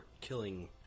killing